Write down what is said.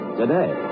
today